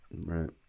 right